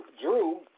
drew